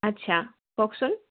আচ্ছা কওকচোন